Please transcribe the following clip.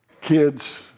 kids